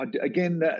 Again